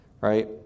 right